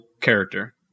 character